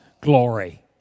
glory